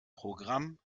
programm